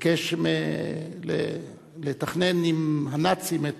ביקש לתכנן עם הנאצים את